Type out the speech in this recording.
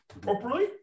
properly